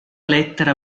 lettera